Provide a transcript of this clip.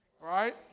right